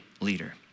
leader